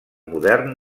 modern